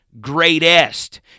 greatest